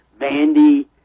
Vandy